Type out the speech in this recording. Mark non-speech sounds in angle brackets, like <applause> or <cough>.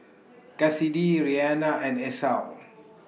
<noise> Kassidy Reanna and Esau <noise>